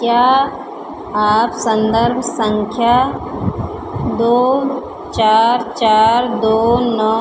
क्या आप संदर्भ संख्या दो चार चार दो नौ